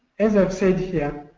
as i said here,